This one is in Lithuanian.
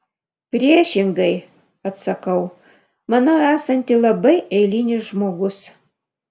priešingai atsakau manau esanti labai eilinis žmogus